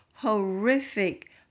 horrific